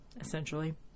essentially